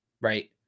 right